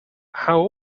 how